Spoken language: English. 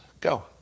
Go